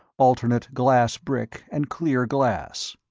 alternate glass-brick and clear glass.